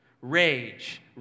Rage